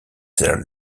their